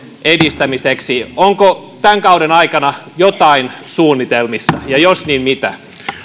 edistämiseksi onko tämän kauden aikana jotain suunnitelmissa ja jos niin mitä